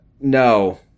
no